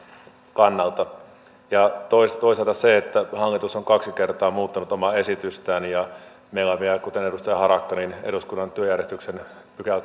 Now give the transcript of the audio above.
kannalta toisaalta nämä asiat että hallitus on kaksi kertaa muuttanut omaa esitystään ja meillä on vielä kuten edustaja harakka sanoi eduskunnan työjärjestyksen kolmaskymmeneskahdeksas pykälä